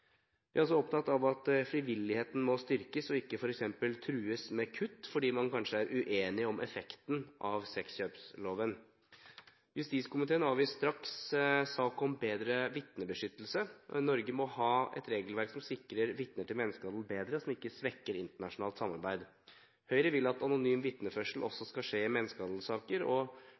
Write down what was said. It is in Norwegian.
Vi er også opptatt av at frivilligheten må styrkes og ikke f.eks. trues med kutt fordi man kanskje er uenige om effekten av sexkjøploven. Justiskomiteen avgir straks sak om bedre vitnebeskyttelse. Norge må ha et regelverk som sikrer vitner til menneskehandel bedre, og som ikke svekker internasjonalt samarbeid. Høyre vil at anonym vitneførsel også skal skje i menneskehandelsaker, og,